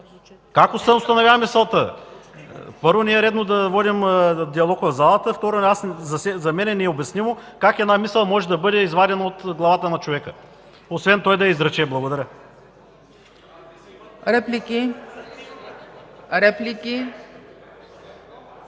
Как му се установява мисълта? Първо, не е редно да водим диалог в залата. Второ, за мен е необяснимо как една мисъл може да бъде извадена от главата на човека, освен той да я изрече. Благодаря. ПРЕДСЕДАТЕЛ